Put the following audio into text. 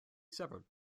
severed